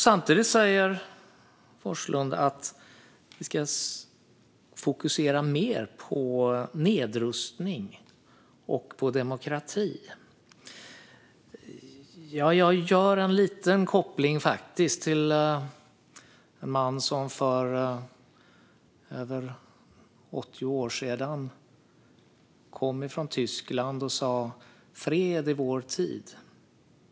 Samtidigt säger Forslund att vi ska fokusera mer på nedrustning och på demokrati. Jag gör faktiskt en liten koppling till en man som när han för över 80 år kom från Tyskland sa: Fred i vår tid.